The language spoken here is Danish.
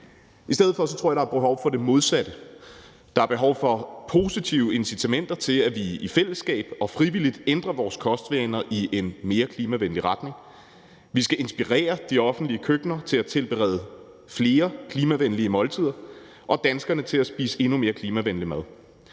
i stedet for er behov for det modsatte. Der er behov for positive incitamenter til, at vi i fællesskab og frivilligt ændrer vores kostvaner i en mere klimavenlig retning. Vi skal inspirere de offentlige køkkener til at tilberede flere klimavenlige måltider og danskerne til at spise endnu mere klimavenlig mad.